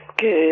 Good